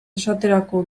esaterako